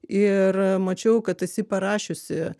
ir mačiau kad esi parašiusi